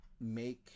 make